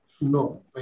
no